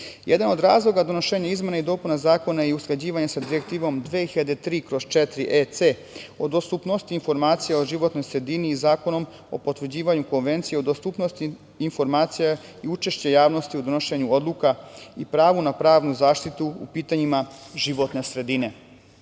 vrste. Jedan od razloga donošenja izmena i dopuna Zakona je usklađivanje sa Direktivom 2003/04 EC o dostupnosti informacija o životnoj sredini i Zakonom o potvrđivanju Konvencije o dostupnosti informacija i učešće javnosti u donošenju odluka i pravu na pravnu zaštitu u pitanjima životne sredine.